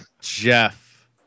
Jeff